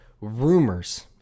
rumors